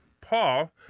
Paul